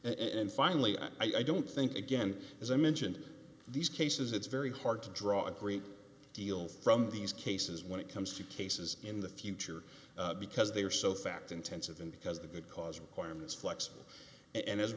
and finally i don't think again as i mentioned these cases it's very hard to draw a great deal from these cases when it comes to cases in the future because they are so fact intensive and because they could cause requirements flexible and as a